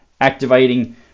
activating